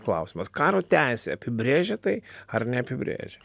klausimas karo teisė apibrėžia tai ar neapibrėžia